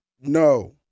no